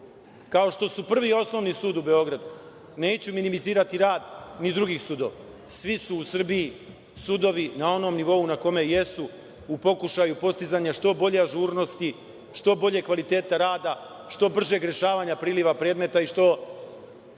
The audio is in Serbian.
kao što su Prvi osnovni sud u Beogradu, neću minimizirati rad ni drugih sudova, svi su sudovi u Srbiji na onom nivou na kome jesu u pokušaju postizanja što bolje ažurnosti, što boljeg kvaliteta rada, što bržeg rešavanja priliva predmeta i što